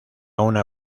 una